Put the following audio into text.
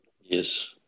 Yes